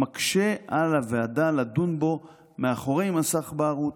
המקשה על הוועדה לדון בו מאחורי מסך בערות,